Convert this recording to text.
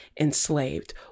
enslaved